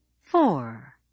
Four